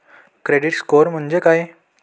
Credit score म्हणजे काय?